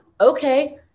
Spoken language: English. Okay